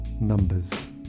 numbers